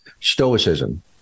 stoicism